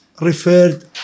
referred